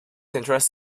interests